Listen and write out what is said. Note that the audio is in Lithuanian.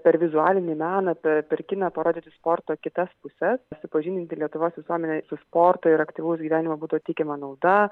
per vizualinį meną pe per kiną parodyti sporto kitas puses supažindinti lietuvos visuomenę su sporto ir aktyvaus gyvenimo būdo teikiama nauda